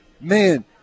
man